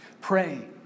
Pray